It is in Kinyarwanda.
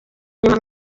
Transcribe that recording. inyuma